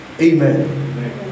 Amen